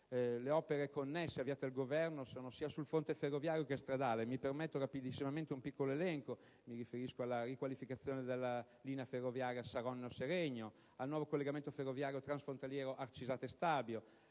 Le opere connesse avviate dal Governo sono sia sul fronte ferroviario che stradale. Mi permetto rapidamente di fare un piccolo elenco: mi riferisco alla riqualificazione della linea ferroviaria Saronno-Seregno, al nuovo collegamento ferroviario transfrontaliere Arcisate-Stabio,